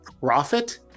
profit